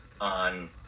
on